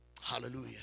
hallelujah